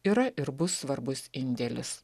yra ir bus svarbus indėlis